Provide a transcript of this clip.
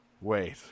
wait